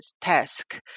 task